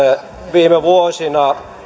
viime vuosina